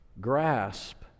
grasp